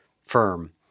firm